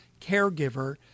caregiver